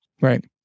Right